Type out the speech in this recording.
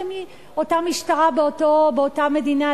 אותה משטרה באותה מדינה,